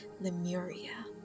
Lemuria